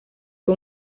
que